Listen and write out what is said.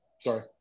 Sorry